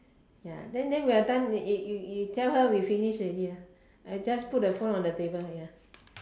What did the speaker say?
ya then then we are done eh you you tell her we finish already uh just put the phone on the table ya